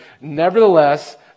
Nevertheless